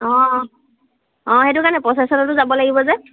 অঁ অঁ অঁ সেইটো কাৰণে প্ৰচেশ্যনটো যাব লাগিব যে